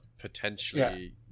potentially